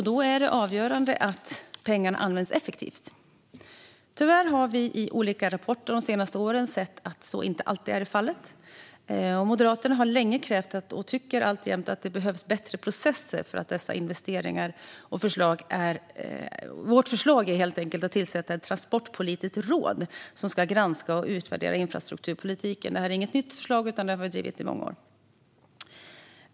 Då är det avgörande att pengarna används effektivt, men tyvärr har vi i olika rapporter de senaste åren sett att så inte alltid är fallet. Moderaterna har länge krävt - och tycker alltjämt att det behövs - bättre processer för dessa investeringar. Vårt förslag är att tillsätta ett transportpolitiskt råd som ska granska och utvärdera infrastrukturpolitiken. Detta är inget nytt förslag, utan vi har drivit det i många år.